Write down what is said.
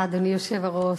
אדוני היושב-ראש,